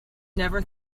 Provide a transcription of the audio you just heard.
never